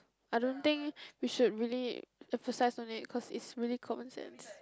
I don't think we should really emphasise on it cause it's really common sense